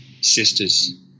sisters